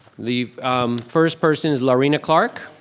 the first person is lorina clark.